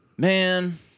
Man